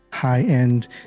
high-end